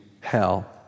hell